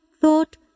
thought